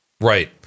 Right